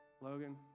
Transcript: Logan